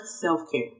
self-care